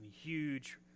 huge